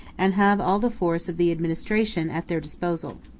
and have all the force of the administration at their disposal.